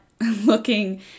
looking